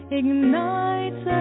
ignites